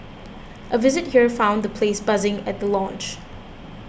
a visit here found the place buzzing at the launch